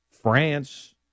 France